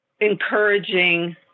encouraging